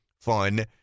fun